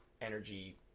energy